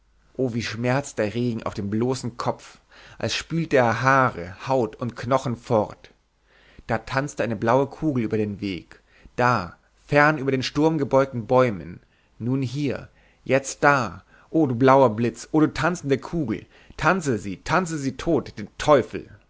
o wie schmerzt der regen auf dem bloßen kopf als spülte er haare haut und knochen fort da tanzte eine blaue kugel über dem weg da fern über den sturmgebeugten bäumen nun hier jetzt da o du blauer blitz o du tanzende kugel tanze sie tanze sie tot den teufel